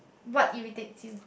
what irritates you